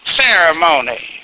ceremony